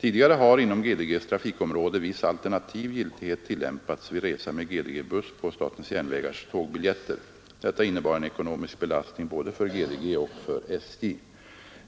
Tidigare har inom GDGs trafikområde viss alternativ giltighet tillämpats vid resa med GDG-buss på SJ:s tågbiljetter. Detta innebar en ekonomisk belastning för både GDG och SJ.